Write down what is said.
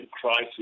crisis